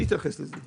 אני אתייחס לזה.